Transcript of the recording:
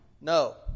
No